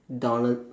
dollar